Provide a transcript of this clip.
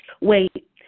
Wait